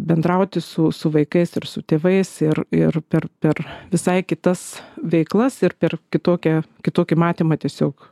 bendrauti su su vaikais ir su tėvais ir ir per per visai kitas veiklas ir per kitokią kitokį matymą tiesiog